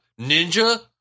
Ninja